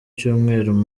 cyumweru